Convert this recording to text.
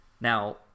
now